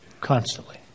constantly